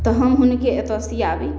तऽ हम हुनके एतऽ सिआबी